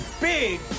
big